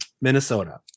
Minnesota